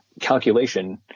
calculation